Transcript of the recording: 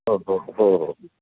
हो हो हो हो